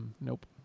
Nope